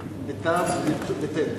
בת"ו ובטי"ת,